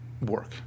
work